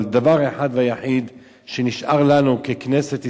אבל דבר אחד ויחיד שנשאר לנו ככנסת ישראל,